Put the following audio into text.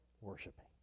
worshiping